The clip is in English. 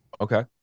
okay